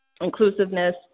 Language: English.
inclusiveness